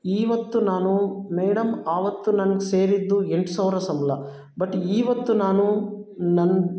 ಇವತ್ತು ನಾನು ಮೇಡಮ್ ಆವತ್ತು ನಾನು ಸೇರಿದ್ದು ಎಂಟು ಸಾವಿರ ಸಂಬ್ಳ ಬಟ್ ಇವತ್ತು ನಾನು ನನ್ನ